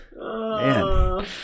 man